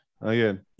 Again